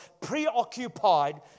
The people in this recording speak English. preoccupied